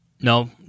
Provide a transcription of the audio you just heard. No